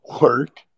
work